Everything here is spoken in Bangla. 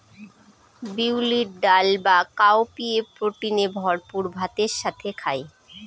বিউলির ডাল বা কাউপিএ প্রোটিনে ভরপুর ভাতের সাথে খায়